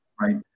right